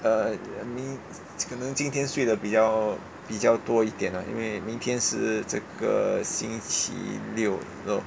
uh 明可能今天睡得比较比较多一点 ah 因为明天是这个星期六